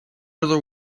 other